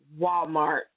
Walmart